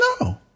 no